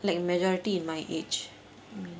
like majority in my age I mean